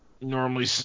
normally